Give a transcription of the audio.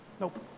Nope